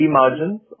margins